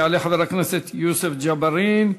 יעלה חבר הכנסת יוסף ג'בארין,